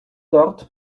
dort